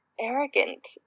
arrogant